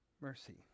mercy